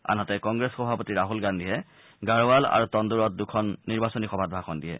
আনহাতে কংগ্ৰেছ সভাপতি ৰাছল গান্ধীয়ে গাড়ৰাল আৰু তণ্ণুৰত দুখন নিৰ্বাচনী সভাত ভাষণ দিয়ে